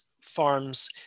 farms